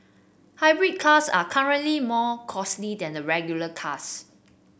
hybrid cars are currently more costly than the regular cars